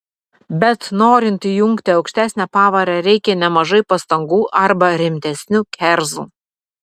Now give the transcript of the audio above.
bet norint įjungti aukštesnę pavarą reikia nemažai pastangų arba rimtesnių kerzų